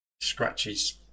scratches